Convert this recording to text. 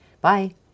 Bye